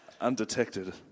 Undetected